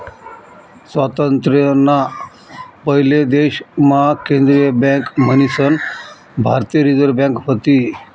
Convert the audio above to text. स्वातंत्र्य ना पयले देश मा केंद्रीय बँक मन्हीसन भारतीय रिझर्व बँक व्हती